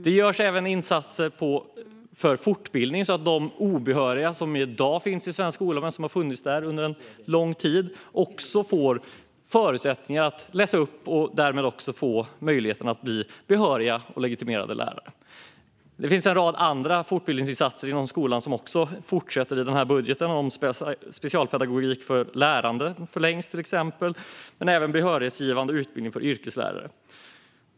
Det görs även insatser för fortbildning, så att de obehöriga lärare som i dag finns i svensk skola och har funnits där under lång tid får förutsättningar att bli behöriga och legitimerade lärare. Det finns en rad andra fortbildningsinsatser inom skolan som också fortsätter i den här budgeten. Fortbildningssatsningen Specialpedagogik för lärande förlängs, till exempel, och även satsningen på behörighetsgivande utbildning för yrkeslärare.